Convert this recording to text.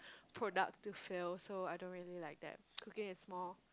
product to fail so I don't really like that cooking is more